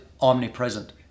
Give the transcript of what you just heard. omnipresent